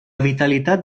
vitalitat